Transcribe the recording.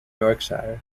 yorkshire